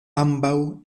ambaŭ